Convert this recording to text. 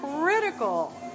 critical